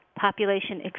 population